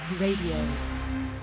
Radio